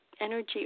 energy